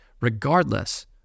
regardless